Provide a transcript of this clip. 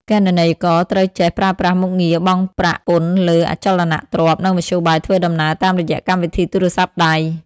គណនេយ្យករត្រូវចេះប្រើប្រាស់មុខងារបង់ប្រាក់ពន្ធលើអចលនទ្រព្យ និងមធ្យោបាយធ្វើដំណើរតាមរយៈកម្មវិធីទូរស័ព្ទដៃ។